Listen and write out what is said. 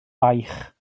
baich